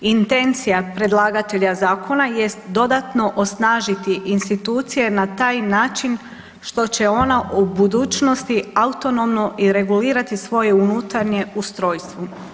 Intencija predlagatelja zakona jest dodatno osnažiti institucije na taj način što će ona u budućnosti autonomno i regulirati svoje unutarnje ustrojstvo.